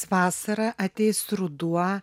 vasara ateis ruduo